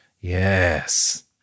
Yes